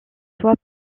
soit